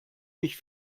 mich